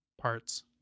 parts